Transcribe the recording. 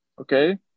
okay